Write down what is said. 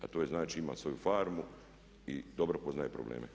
A to je znači ima svoju farmu i dobro poznaje probleme.